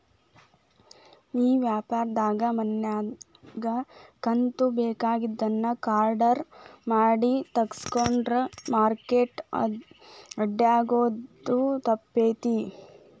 ಈ ವ್ಯಾಪಾರ್ದಾಗ ಮನ್ಯಾಗ ಕುಂತು ಬೆಕಾಗಿದ್ದನ್ನ ಆರ್ಡರ್ ಮಾಡಿ ತರ್ಸ್ಕೊಂಡ್ರ್ ಮಾರ್ಕೆಟ್ ಅಡ್ಡ್ಯಾಡೊದು ತಪ್ತೇತಿ